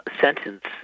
sentence